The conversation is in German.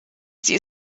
sie